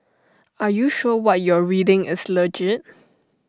are you sure what you're reading is legit